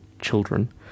children